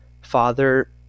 father